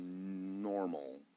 normal